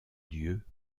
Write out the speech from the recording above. dieu